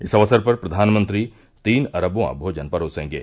इस अवसर पर प्रधानमंत्री तीन अरबवा भोजन परोसेंगे